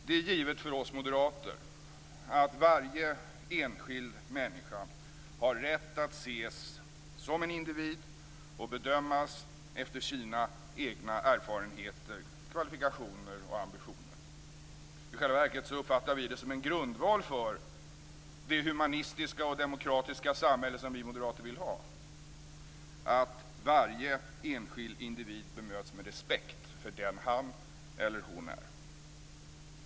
Det är givet för oss moderater att varje enskild människa har rätt att ses som en individ och bedömas efter sina egna erfarenheter, kvalifikationer och ambitioner. I själva verket uppfattar vi det som en grundval för det humanistiska och demokratiska samhälle som vi moderater vill ha att varje enskild individ bemöts med respekt för den han eller hon är.